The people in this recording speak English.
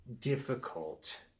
difficult